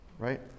right